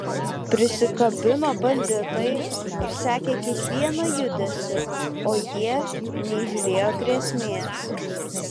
prisikabino banditai ir sekė kiekvieną judesį o jie neįžiūrėjo grėsmės